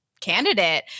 candidate